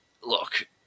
Look